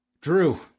Drew